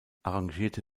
arrangierte